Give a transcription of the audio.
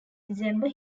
december